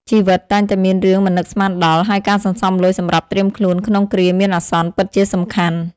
ជីវិតតែងតែមានរឿងមិននឹកស្មានដល់ ហើយការសន្សំលុយសម្រាប់ត្រៀមខ្លួនក្នុងគ្រាមានអាសន្នពិតជាសំខាន់ ។